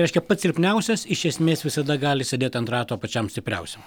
reiškia pats silpniausias iš esmės visada gali sėdėt ant rato pačiam stipriausiam